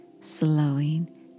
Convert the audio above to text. slowing